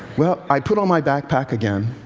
well, i put on my backpack again.